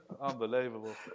Unbelievable